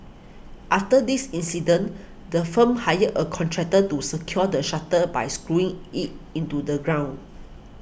after this incident the firm hired a contractor to secure the shutter by screwing it into the ground